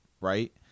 Right